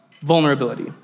vulnerability